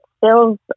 feels